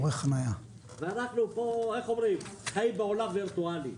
ואנחנו חיים פה בעולם וירטואלי.